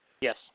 Yes